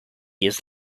years